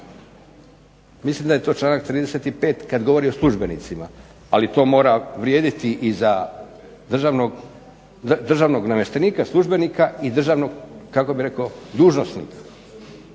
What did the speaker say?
Mislim da je to članak 35. kad govori o službenicima, ali to mora vrijediti i za državnog namještenika službenika i državnog kako bi rekao dužnosnika.